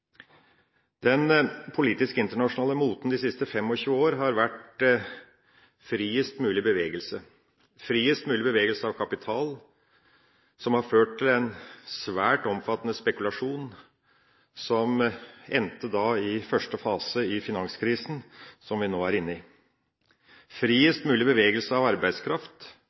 internasjonale politiske moten de siste 25 år har vært friest mulig bevegelse: Friest mulig bevegelse av kapital, som har ført til en svært omfattende spekulasjon, som endte i første fase av den finanskrisen som vi nå er inne i, og friest mulig bevegelse av arbeidskraft